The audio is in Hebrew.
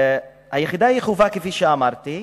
היחידה היא חובה, כפי שאמרתי.